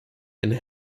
and